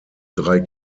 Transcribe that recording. drei